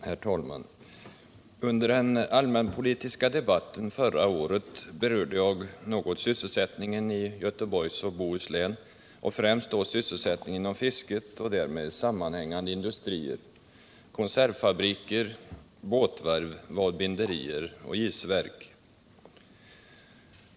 Herr talman! Under den allmänpolitiska debatten förra året berörde jag något sysselsättningen i Göteborgs och Bohus län och främst då sysselsättningen inom fisket och därmed sammanhängande industrier, konservfabriker, båtvarv, vadbinderier och isverk.